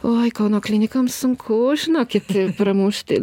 oi kauno klinikoms sunku žinokit pramušti